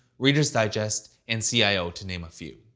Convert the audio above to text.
reader's digest, and cio to name a few.